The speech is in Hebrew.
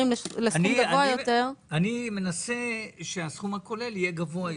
אני מנסה שהסכום הכולל יהיה גבוה יותר.